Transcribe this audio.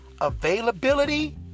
availability